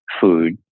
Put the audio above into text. food